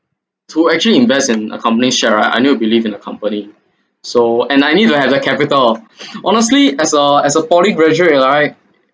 to actually invest in a company share right I need to believe in the company so and I need to have the capital honestly as a as a poly graduate right